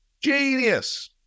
Genius